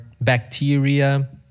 bacteria